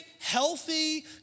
healthy